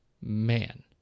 man